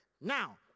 Now